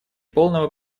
полного